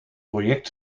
project